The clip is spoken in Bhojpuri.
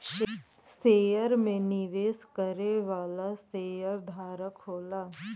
शेयर में निवेश करे वाला शेयरधारक होला